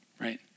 right